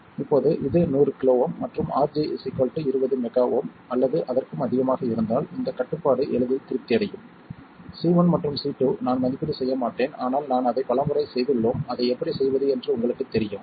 இப்போது இது 100 kΩ மற்றும் RG 20 MΩ அல்லது அதற்கும் அதிகமாக இருந்தால் இந்தக் கட்டுப்பாடு எளிதில் திருப்தி அடையும் C1 மற்றும் C2 நான் மதிப்பீடு செய்ய மாட்டேன் ஆனால் நாம் அதை பல முறை செய்துள்ளோம் அதை எப்படி செய்வது என்று உங்களுக்குத் தெரியும்